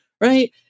Right